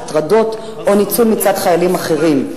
הטרדות או ניצול מצד חיילים אחרים.